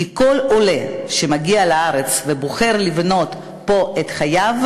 כי כל עולה שמגיע לארץ ובוחר לבנות פה את חייו,